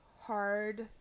hard